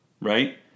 right